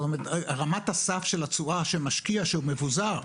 רמת הסף של התשואה של משקיע שהוא מבוזר,